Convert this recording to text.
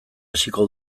hasiko